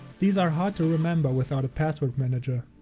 these are hard to remember without a password manager.